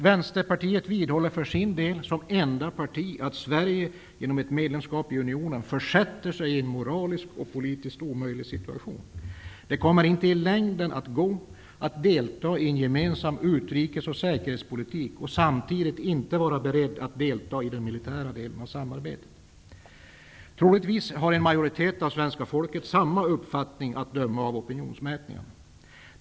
Vänsterpartiet vidhåller för sin del som enda parti att Sverige genom ett medlemskap i unionen försätter sig i en moraliskt och politiskt omöjlig situation. Det kommer inte i längden att gå att delta i en gemensam utrikes och säkerhetspolitik och samtidigt inte vara beredd att delta i den militära delen av samarbetet. Troligtvis har en majoritet av svenska folket samma uppfattning - det visar opinionsmätningarna.